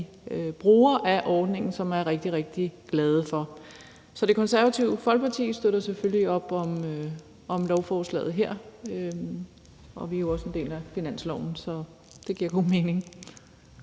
brugere af ordningen som er rigtig, rigtig glade for. Så Det Konservative Folkeparti støtter selvfølgelig op om lovforslaget her, og vi er jo også en del af finanslovsaftalen. Så det giver god mening.